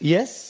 Yes